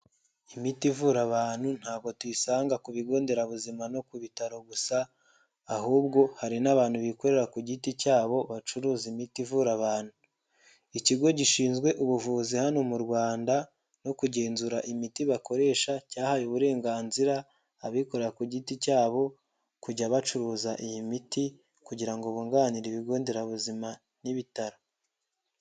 Imiti ivura abantu ntabwo tuyisanga ku bigo nderabuzima no ku bitaro gusa, ahubwo hari n'abantu bikorera ku giti cyabo bacuruza imiti ivura abantu, ikigo gishinzwe ubuvuzi hano mu Rwanda no kugenzura imiti bakoresha cyahaye uburenganzira abikorera ku giti cyabo kujya bacuruza iyi miti kugira ngo bunganire ibigo nderabuzima n'ibitaro.